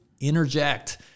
interject